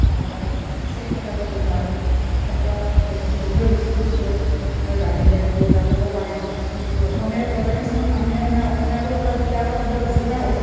নহ'লে চব কথাই ক'ব নোৱাৰি এটা বস্তু বিষয়বস্তুটো বিষয়ে বিষয়ে জানিলে দুই এটা ক'ব পাৰি কিন্তু অসমীয়াত ক'লে কিছুমান মানুহে মানে অসমীয়াটো এটা দুটা এটা শব্দ বুজি পায়